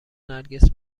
نرگس